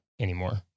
anymore